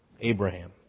Abraham